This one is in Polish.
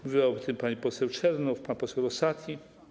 Mówili o tym pani poseł Czernow, pan poseł Rosati.